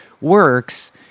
works